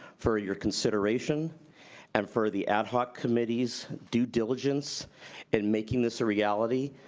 for your consideration and for the ad hoc committee's due diligence in making this a reality,